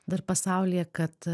dar pasaulyje kad